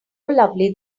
lovely